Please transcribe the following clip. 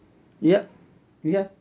yup we have